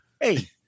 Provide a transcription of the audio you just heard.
Hey